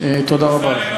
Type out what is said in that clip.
תודה רבה.